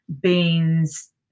beans